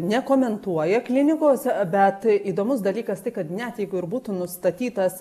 nekomentuoja klinikos bet įdomus dalykas tai kad net jeigu ir būtų nustatytas